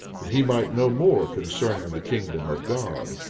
that he might know more concerning the kingdom of god.